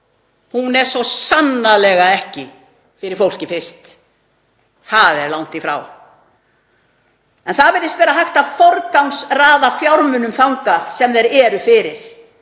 er svo sannarlega ekki fyrir fólkið fyrst, það er langt í frá. Það virðist vera hægt að forgangsraða fjármunum þangað sem þeir eru fyrir,